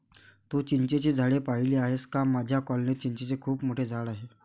तू चिंचेची झाडे पाहिली आहेस का माझ्या कॉलनीत चिंचेचे खूप मोठे झाड आहे